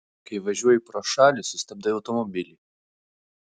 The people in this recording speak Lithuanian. kai važiuoji pro šalį sustabdai automobilį